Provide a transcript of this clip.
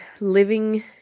living